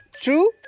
true